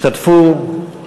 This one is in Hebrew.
השתתפו,